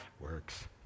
works